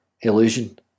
illusion